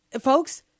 folks